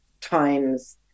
times